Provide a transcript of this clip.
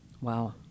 wow